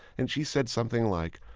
and she said something like,